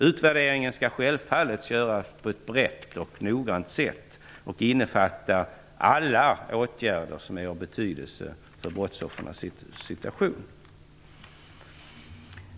Utvärderingen skall självfallet göras på ett brett och noggrant sätt och innefatta alla åtgärder som är av betydelse för brottsoffrens situation.